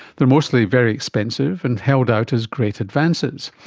they are mostly very expensive and held out as great advances,